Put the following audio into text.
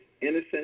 innocent